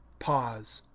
pause.